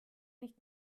nicht